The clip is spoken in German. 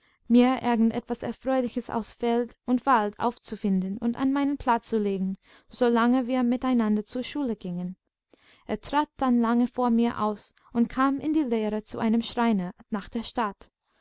mir irgend etwas erfreuliches aus feld und wald aufzufinden und an meinen platz zu legen solange wir miteinander zur schule gingen er trat dann lange vor mir aus und kam in die lehre zu einem schreiner nach der stadt